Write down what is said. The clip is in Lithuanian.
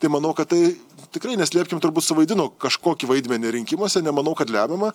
tai manau kad tai tikrai neslėpkim turbūt suvaidino kažkokį vaidmenį rinkimuose nemanau kad lemiamą